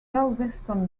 galveston